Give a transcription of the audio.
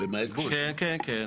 כן, כן.